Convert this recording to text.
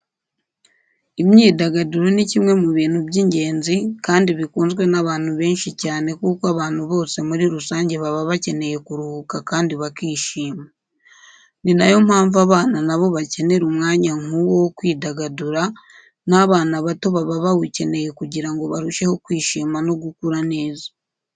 Imyidagaduro ni kimwe mu bintu by'ingenzi kandi bikunzwe n'abantu benshi cyane kuko abantu bose muri rusange baba bakeneye kuruhuka kandi bakishima. Ni na yo mpamvu abana na bo bakenera umwanya nk'uwo wo kwidagadira n'abana bato baba bawukeneye kugira ngo barusheho kwishima no gukura neza.